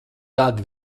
tad